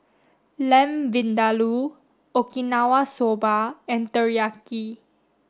Lamb Vindaloo Okinawa soba and Teriyaki